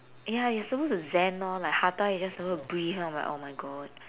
ya you supposed to zen lor like hatha you just suppose to breath then I'm like oh my god